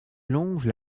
longe